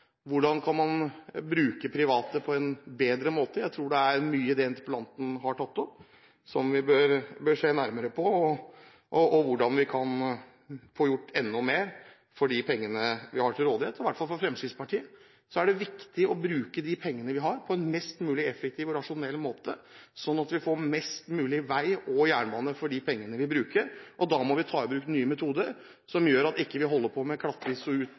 hvordan man kan bruke private på en bedre måte. Jeg tror det er mye i det interpellanten har tatt opp som vi bør se nærmere på, og om vi kan få gjort enda mer for de pengene vi har til rådighet. For Fremskrittspartiet er det viktig å bruke de pengene vi har, på en mest mulig effektiv og rasjonell måte, slik at vi får mest mulig vei og jernbane for de pengene vi bruker. Da må vi ta i bruk nye metoder, som gjør at vi ikke holder på med